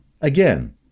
again